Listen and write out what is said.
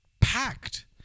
packed